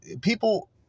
people